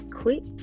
quit